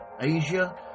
Asia